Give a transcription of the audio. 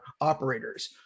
operators